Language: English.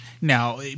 Now